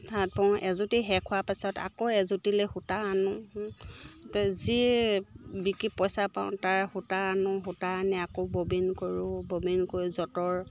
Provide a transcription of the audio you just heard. তাঁত বওঁ এযুতি শেষ হোৱাৰ পাছত আকৌ এযুতিলে সূতা আনো তাতে যি বিকি পইচা পাওঁ তাৰে সূতা আনো সূতা আনি আকৌ ববিন কৰোঁ ববিন কৰি যঁতৰ